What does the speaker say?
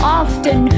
often